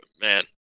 man